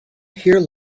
here